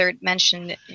mentioned